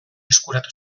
eskuratu